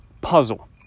puzzle